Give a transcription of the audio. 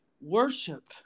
worship